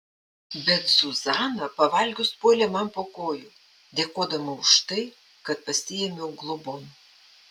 bet zuzana pavalgius puolė man po kojų dėkodama už tai kad pasiėmiau globon